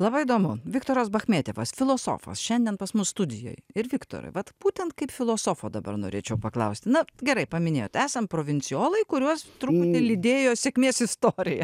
labai įdomu viktoras bachmetjevas filosofas šiandien pas mus studijoj ir viktorai vat būtent kaip filosofo dabar norėčiau paklausti na gerai paminėjot esam provincijolai kuriuos truputį lydėjo sėkmės istorija